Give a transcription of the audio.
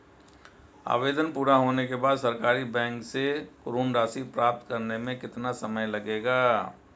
आवेदन पूरा होने के बाद सरकारी बैंक से ऋण राशि प्राप्त करने में कितना समय लगेगा?